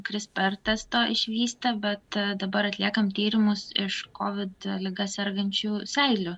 krisper testą išvystę bet dabar atliekam tyrimus iš kovid liga sergančių seilių